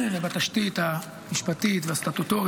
בתשתית המשפטית והסטטוטורית.